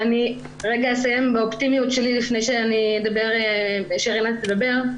אני אסיים באופטימיות שלי לפני שרנטה תדבר.